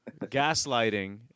gaslighting